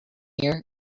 ear